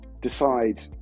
decide